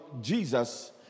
Jesus